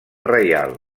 reial